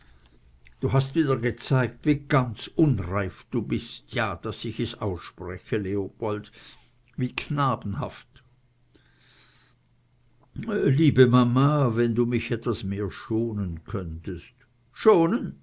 du hast wieder gezeigt wie ganz unreif du bist ja daß ich es ausspreche leopold wie knabenhaft liebe mama wenn du mich etwas mehr schonen könntest schonen